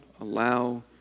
allow